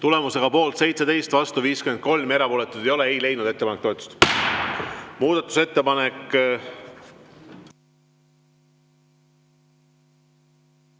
Tulemusega poolt 17, vastu 53 ja erapooletuid ei ole, ei leidnud ettepanek toetust. Muudatusettepanek